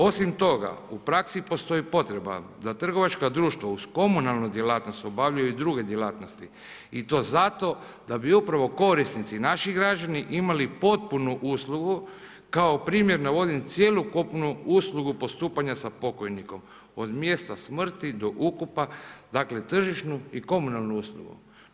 Osim toga, u praksi postoji potreba, da trgovačka društva uz komunalnu djelatnost obavljaju i druge djelatnosti i to zato, da bi upravo korisnici naših građani, imali potpunu uslugu, kao primjer navodim cjelokupnu uslugu postupanja sa pokojnikom, od mjesta smrti do ukopa, dakle, tržišnu komunalnu uslugu.